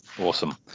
Awesome